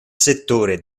settore